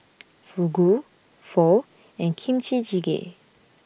Fugu Pho and Kimchi Jjigae